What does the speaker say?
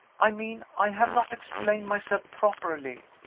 i mean, i have not explained myself properly.